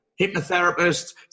hypnotherapist